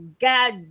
God